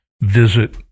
visit